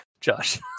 Josh